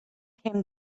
came